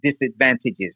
disadvantages